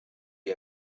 you